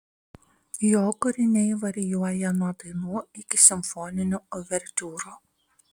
jo kūriniai varijuoja nuo dainų iki simfoninių uvertiūrų